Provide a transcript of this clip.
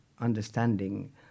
understanding